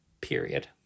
period